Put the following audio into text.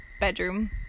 bedroom